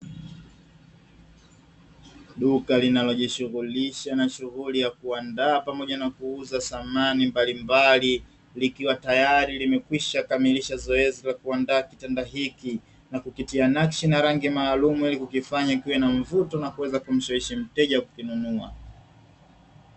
Duka linalojishughulisha na shughuli ya kutandaa pamoja na kuuza samani mbalimbali, likiwa tayari limekwisha kamilisha zoezi la kuandaa kitanda hiki na kukitia nakshi na rangi maalumu ili kukifanya kiwe na mvuto na kuweza kumshawishi mteja kukinunua.